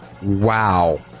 Wow